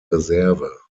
reserve